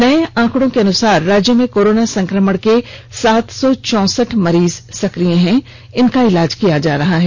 नए आंकड़ो के अनुसार राज्य में कोरोना संक्रमण के सात सौ चौसठ मरीज संक्रिय हैं जिनका इलाज किया जा रहा है